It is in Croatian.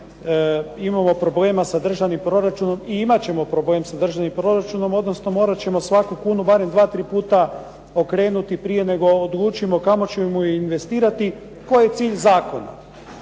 imamo problema sa državnim proračunom i imat ćemo problem sa državnim proračunom, odnosno morat ćemo svaku kunu barem 2, 3 puta okrenuti prije nego odlučimo kamo ćemo je investirati, koji je cilj zakona?